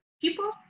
people